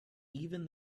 even